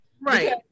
right